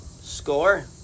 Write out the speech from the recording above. Score